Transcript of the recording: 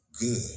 good